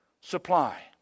supply